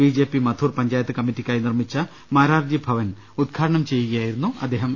B J P Madhur panchayat കമ്മിറ്റിക്കായി നിർമിച്ച മാരാർജി ഭവൻ ഉദ്ഘാടനം ചെയ്ത് സംസാരിക്കു കയായിരുന്നു അദ്ദേഹം